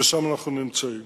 ושם אנחנו נמצאים.